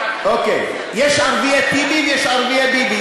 יש ערביי טיבי ויש ערביי ביבי.